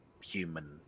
human